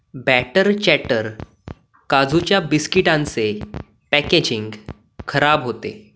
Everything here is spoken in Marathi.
बॅटर चॅटर काजूच्या बिस्किटांचे पॅकेजिंग खराब होते